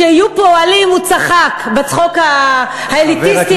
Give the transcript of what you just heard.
שיהיו פה אוהלים, הוא צחק בצחוק האליטיסטי הזה.